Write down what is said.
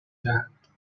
دهند